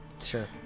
Sure